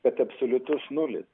bet absoliutus nulis